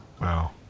wow